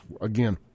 Again